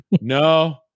no